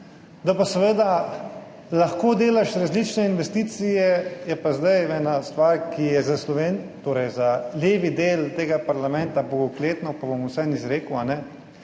Da pa seveda lahko delaš različne investicije, je pa zdaj ena stvar, ki je za Sloven…, torej za levi del tega parlamenta, bogokletno, pa bom vseeno izrekel,